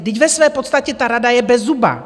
Vždyť ve své podstatě ta rada je bezzubá.